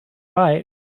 byte